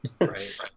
Right